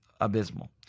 abysmal